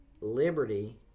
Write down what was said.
Liberty